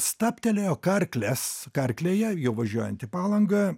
stabtelėjo karklės karklėje jau važiuojant į palangą